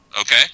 Okay